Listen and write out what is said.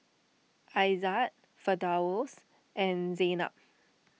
Aizat Firdaus and Zaynab